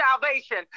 salvation